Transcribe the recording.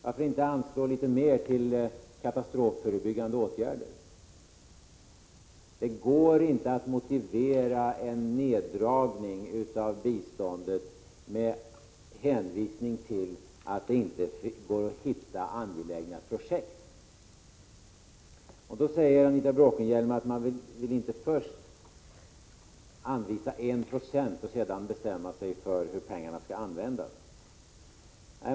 Varför inte anslå litet mer till katastrofförebyggande åtgärder? Det går inte att motivera en neddragning av biståndet med hänvisning till att det inte går att hitta angelägna projekt. Anita Bråkenhielm säger att man inte först vill anvisa 1 96 och sedan bestämma sig för hur pengarna skall användas.